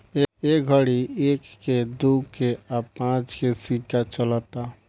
ए घड़ी एक के, दू के आ पांच के सिक्का चलता